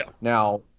now